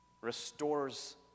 restores